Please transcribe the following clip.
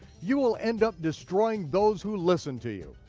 you will end up destroying those who listen to you.